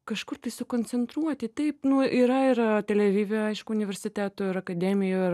kažkur tai sukoncentruoti taip nu yra ir tel avive aišku universitetų ir akademijų ir